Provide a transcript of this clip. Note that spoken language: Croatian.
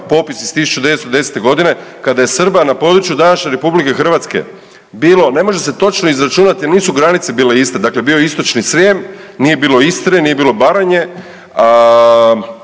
popis iz 1910.g. kada je Srba na području današnje RH bilo, ne može se točno izračunati, nisu granice bile iste, dakle bio je Istočni Srijem nije bilo Istre, nije bilo Baranje,